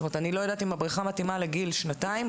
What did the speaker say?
אני לא יודעת אם הבריכה מתאימה לגיל שנתיים,